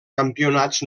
campionats